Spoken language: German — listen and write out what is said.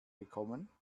gekommen